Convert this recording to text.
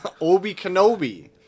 Obi-Kenobi